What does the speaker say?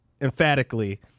emphatically